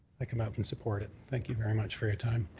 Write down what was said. like um and and support it. thank you very much for your time.